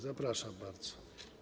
Zapraszam bardzo.